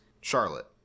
Charlotte